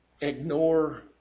ignore